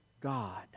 God